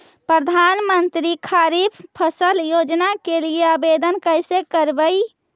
प्रधानमंत्री खारिफ फ़सल योजना के लिए आवेदन कैसे करबइ?